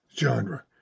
genre